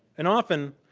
and often,